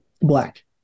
Black